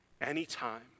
anytime